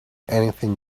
anything